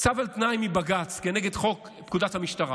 צו על תנאי מבג"ץ כנגד חוק פקודת המשטרה,